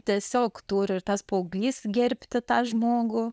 tiesiog turi ir tas paauglys gerbti tą žmogų